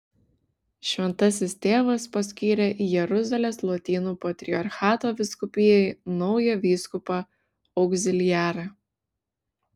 šventasis tėvas paskyrė jeruzalės lotynų patriarchato vyskupijai naują vyskupą augziliarą